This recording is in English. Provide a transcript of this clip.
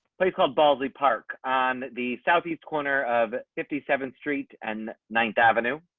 place called ballsy park on the southeast corner of fifty seventh street and ninth avenue.